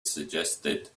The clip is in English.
suggested